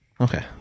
Okay